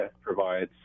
provides